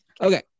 Okay